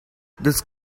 this